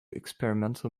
experimental